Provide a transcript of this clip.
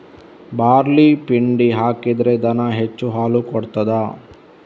Barley ಪಿಂಡಿ ಹಾಕಿದ್ರೆ ದನ ಹೆಚ್ಚು ಹಾಲು ಕೊಡ್ತಾದ?